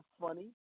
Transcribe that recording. funny